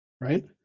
Right